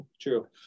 true